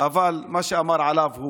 אבל מה שהוא אמר עליו,